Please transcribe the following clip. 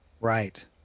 Right